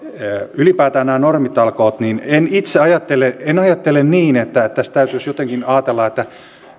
ylipäätään nämä normitalkoot en itse ajattele niin että tässä täytyisi jotenkin ajatella että